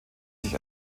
sich